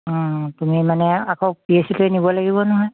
তুমি মানে আকৌ পি এইচ চিলৈ নিব লাগিব নহয়